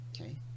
okay